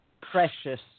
precious